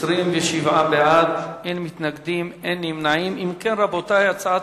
את הצעת